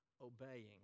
obeying